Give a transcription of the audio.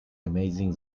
amazing